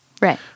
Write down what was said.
right